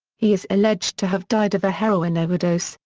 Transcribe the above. he is alleged to have died of a heroin overdose,